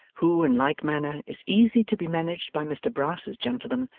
who in like manner is easy to be managed by mr brass's gentleman,